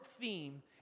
theme